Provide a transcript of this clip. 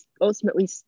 ultimately